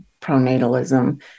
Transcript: pronatalism